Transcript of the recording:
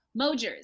Mojers